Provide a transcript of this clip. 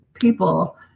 people